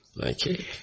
Okay